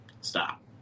Stop